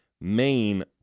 main